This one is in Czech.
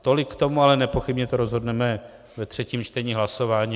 Tolik k tomu, ale nepochybně to rozhodneme ve třetím čtení v hlasování.